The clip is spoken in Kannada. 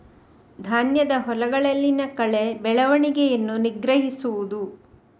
ಧಾನ್ಯದ ಹೊಲಗಳಲ್ಲಿನ ಕಳೆ ಬೆಳವಣಿಗೆಯನ್ನು ನಿಗ್ರಹಿಸುವುದು